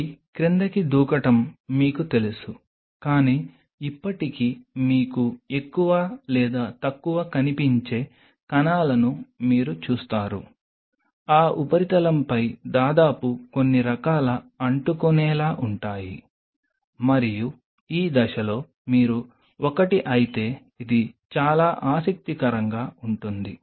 అవి క్రిందికి దూకడం మీకు తెలుసు కానీ ఇప్పటికీ మీకు ఎక్కువ లేదా తక్కువ కనిపించే కణాలను మీరు చూస్తారు ఆ ఉపరితలంపై దాదాపు కొన్ని రకాల అంటుకునేలా ఉంటాయి మరియు ఈ దశలో మీరు ఒకటి అయితే ఇది చాలా ఆసక్తికరంగా ఉంటుంది